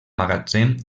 magatzem